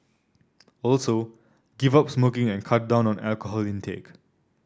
also give up smoking and cut down on alcohol intake